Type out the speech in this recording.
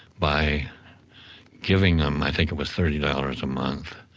by giving them, i think it was thirty dollars a month,